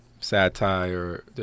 satire